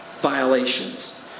violations